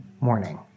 morning